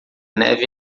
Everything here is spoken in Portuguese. neve